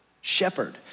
shepherd